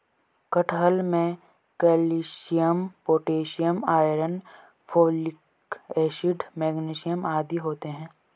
कटहल में calcium potassium iron folic acid magnesium आदि होते हैं